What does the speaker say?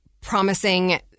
promising